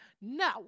No